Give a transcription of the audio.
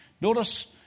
Notice